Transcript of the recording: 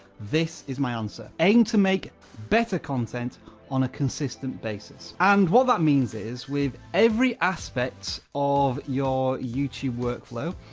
this is my answer, aim to make better content on a consistent basis. and what that means is, with every aspect of your youtube workflow,